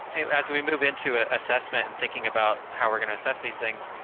as we move into an assessment and thinking about how we're going to assess these things,